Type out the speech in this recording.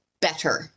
better